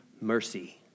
mercy